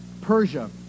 Persia